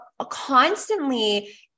constantly